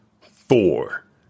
four